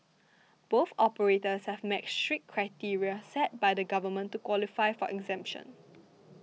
both operators have met strict criteria set by the government to qualify for exemption